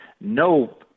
no